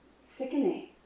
sickening